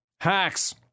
hacks